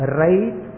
right